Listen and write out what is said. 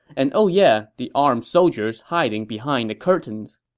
and oh yeah, the armed soldiers hiding behind the curtains.